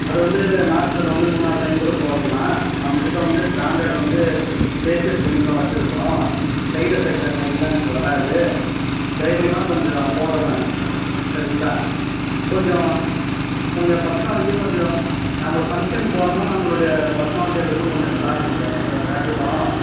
அது வந்து மாசத்தில் வந்து மூணு நாலு டைம் கூட போடலாம் நம்மகிட்ட வந்து பிராண்டட் வந்து ஃபேஷியல் க்ரீம் தான் வச்சுருக்கோம் சைடு எஃபெக்ட் அதுமாதிரிலாம் இங்கே வராது தைரியமாக கொஞ்சம் போடலாம் நீங்கள் சரிங்களா கொஞ்சம் கொஞ்சம் பர்ஸ்னாலிட்டி கொஞ்சம் நம்ம ஒரு ஃபங்க்ஷன் போகிறோன்னா நம்மளோடய பர்ஸ்னாலிட்டி லுக்கும் கொஞ்சம் நல்லாயிருக்கும் சார் மற்றவங்களக்காட்டிலும்